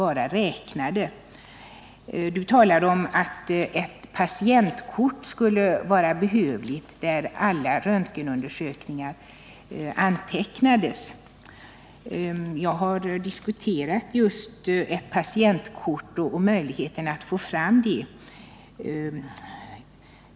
Margot Håkansson talar om att ett patientkort där alla röntgenundersökningar antecknas skulle vara behövligt. Jag har diskuterat möjligheten att få fram ett patientkort.